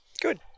Good